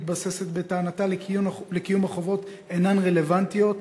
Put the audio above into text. מתבססת בטענתה לקיום החובות אינן רלוונטיות,